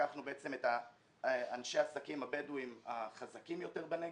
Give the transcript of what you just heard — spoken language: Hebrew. לקחנו את אנשי העסקים הבדואים החזקים יותר בנגב.